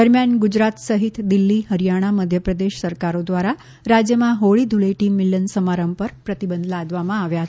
દરમ્યાન ગુજરાત સહિત દિલ્હી હરિયાણા મધ્યપ્રદેશ સરકારે દ્વારા રાજ્યમાં હોળી ધૂળેટી મિલન સમારંભ પર પ્રતિબંધ લાદવામાં આવ્યા છે